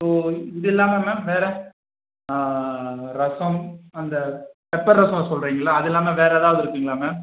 ஓ இதில்லாம மேம் வேறு ரசம் அந்த பெப்பர் ரசம் சொல்றிங்களே அதில்லாம வேறு எதாவது இருக்குங்களா மேம்